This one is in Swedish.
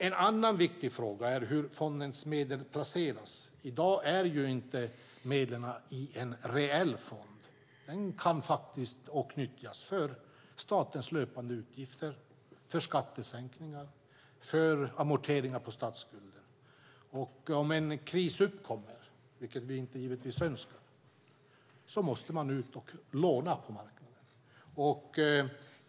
En annan viktig fråga är hur fondens medel placeras. I dag finns inte medlen i en reell fond. De kan faktiskt nyttjas för statens löpande utgifter, för skattesänkningar eller för amorteringar på statsskulden. Om en kris uppkommer - vilket vi givetvis inte önskar - måste man ut och låna på marknaden.